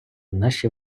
наші